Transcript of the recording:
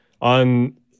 on